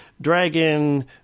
Dragon